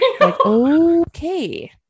okay